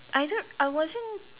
I don't I wasn't